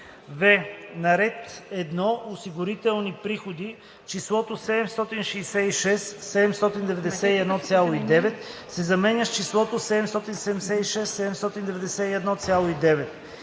в) На ред „1. Осигурителни приходи“ числото „766 791,9“ се заменя с числото „776 791,9“.